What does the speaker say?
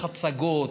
דרך הצגות,